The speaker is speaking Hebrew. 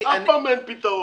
אף פעם אין פתרון.